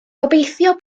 gobeithio